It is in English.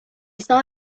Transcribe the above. saw